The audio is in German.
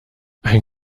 ein